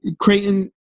Creighton